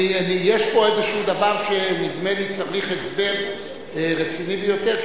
יש פה איזשהו דבר שנדמה לי שצריך הסבר רציני ביותר,